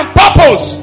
purpose